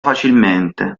facilmente